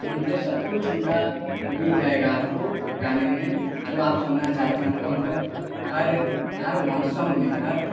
जो मतलब सब कुछ उनका मिल जाएगा आपको गाने में जो आप सुनना चाहते हैं उनका मतलब हर हर मौसम में हर